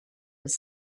was